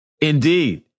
Indeed